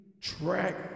track